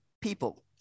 people